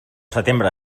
setembre